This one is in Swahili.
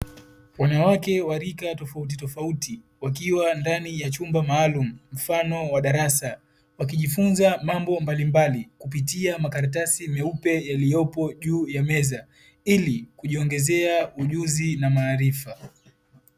Wanawake wa rika tofautitofauti wakiwa ndani ya chumba maalum mfano wa darasa, wakijifunza mambo mbalimbali kupitia makaratasi meupe yaliyopo juu ya meza ili kujiongezea ujuzi na maarifa.